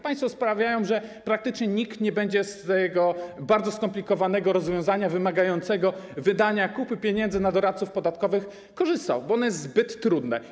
Państwo sprawiają, że praktycznie nikt nie będzie korzystał z tego bardzo skomplikowanego rozwiązania, wymagającego wydania kupy pieniędzy na doradców podatkowych, bo ono jest zbyt trudne.